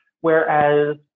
Whereas